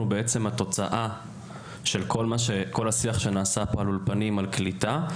אנחנו בעצם התוצאה של כל השיח שנעשה פה על אולפנים ועל קליטה.